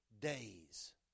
days